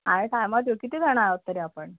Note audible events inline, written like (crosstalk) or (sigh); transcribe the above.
(unintelligible) कितीजणं आहोत तरी आपण